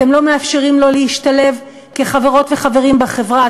אתם לא מאפשרים לו להשתלב כחברות וחברים בחברה,